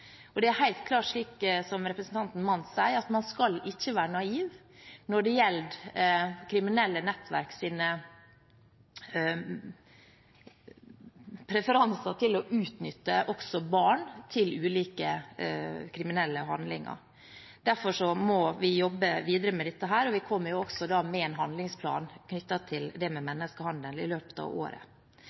Det er helt klart – som representanten Mandt sier – at man skal ikke være naiv når det gjelder kriminelle nettverks preferanser med tanke på å utnytte også barn til ulike kriminelle handlinger. Derfor må vi jobbe videre med dette, og vi kommer også med en handlingsplan knyttet til det med menneskehandel i løpet av året.